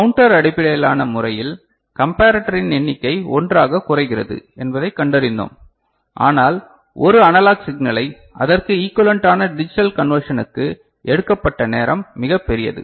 counter அடிப்படையிலான முறையில் கம்பரட்டரின் எண்ணிக்கை 1 ஆகக் குறைகிறது என்பதைக் கண்டறிந்தோம் ஆனால் ஒரு அனலாக் சிக்னலை அதற்கு ஈகுவலன்டான டிஜிட்டல் கன்வர்ஷனுக்கு எடுக்கப்பட்ட நேரம் மிகப் பெரியது